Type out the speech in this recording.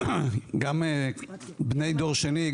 את סיפורם של השורדים - גם בני דור שני,